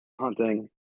hunting